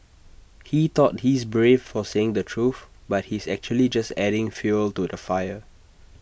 he thought he is brave for saying the truth but he is actually just adding fuel to the fire